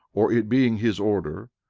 or it being his order,